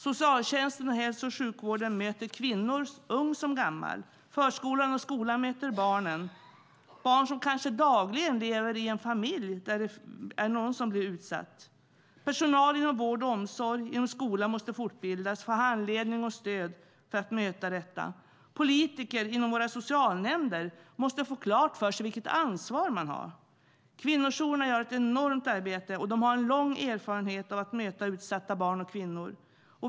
Socialtjänsten och hälso och sjukvården möter kvinnor, unga som gamla. Förskolan och skolan möter barnen - barn som kanske lever i en familj där någon dagligen blir utsatt. Personal inom vård och omsorg och inom skola måste fortbildas och få handledning och stöd för att möta detta. Politiker inom våra socialnämnder måste få klart för sig vilket ansvar de har. Kvinnojourerna gör ett enormt arbete, och de har lång erfarenhet av att möta utsatta barn och kvinnor.